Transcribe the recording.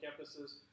campuses